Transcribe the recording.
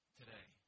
today